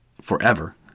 forever